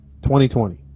2020